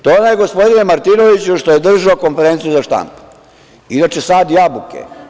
To je onaj, gospodine Martinoviću, što je držao konferenciju za štampu i hoće da sadi jabuke.